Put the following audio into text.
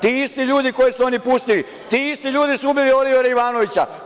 Ti isti ljudi koje su oni pustili, ti isti ljudi su ubili Olivera Ivanovića.